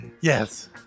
yes